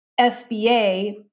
SBA